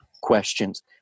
questions